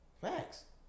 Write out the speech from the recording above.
Facts